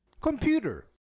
Computer